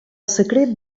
secret